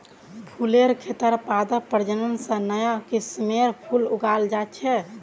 फुलेर खेतत पादप प्रजनन स नया किस्मेर फूल उगाल जा छेक